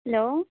hello